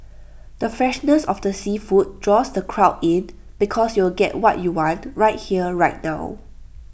the freshness of the seafood draws the crowd in because you'll get what you want right here right now